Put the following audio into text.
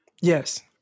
Yes